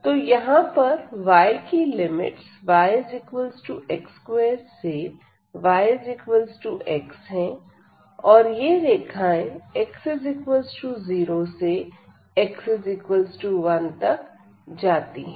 तो यहां पर y की लिमिट्स yx2 से yx है और ये रेखाएं x0 से x1 तक जाती है